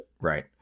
Right